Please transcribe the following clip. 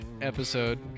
episode